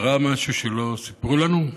קרה משהו שלא סיפרו לנו?